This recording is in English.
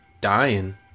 Dying